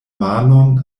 manon